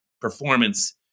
performance